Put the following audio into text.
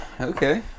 Okay